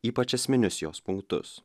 ypač esminius jos punktus